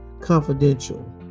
confidential